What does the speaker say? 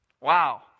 Wow